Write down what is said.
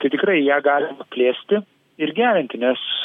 tai tikrai ją galima plėsti ir gerinti nes